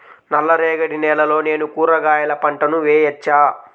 నల్ల రేగడి నేలలో నేను కూరగాయల పంటను వేయచ్చా?